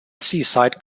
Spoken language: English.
seaside